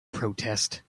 protest